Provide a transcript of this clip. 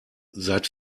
seit